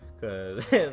Cause